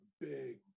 big